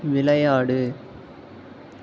விளையாடு